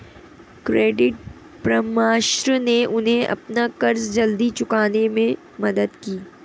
credit परामर्श ने उन्हें अपना कर्ज जल्दी चुकाने में मदद की